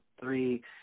three